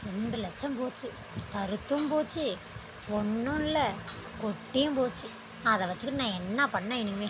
ரெண்டு லட்சம் போச்சு கருத்தும் போச்சு ஒன்றும் இல்லை கொட்டியும் போச்சு அதை வச்சுக்கிட்டு நான் என்ன பண்ண இனிமே